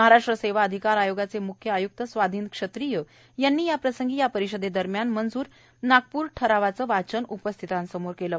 महाराष्ट्र सेवा अधिकार आयोगाचे म्ख्य आय्क्त स्वाधीन क्षत्रिय यांनी याप्रसंगी या परिषदेदरम्यान मंजूर नागपूर ठरावाचे वाचन उपस्थितांसमोर केले